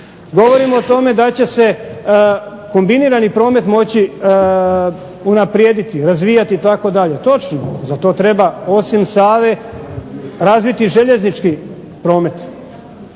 Govorim o tome da će se kombinirati promet moći unaprijediti, razvijati itd. Točno, za to treba osim Save razviti željeznički promet.